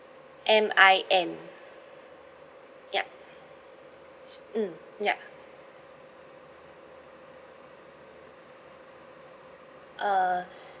M I N yup mm ya uh